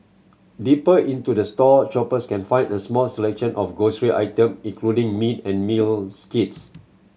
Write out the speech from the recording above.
deeper into the store shoppers can find a small selection of grocery item including meat and meals kits